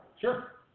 Sure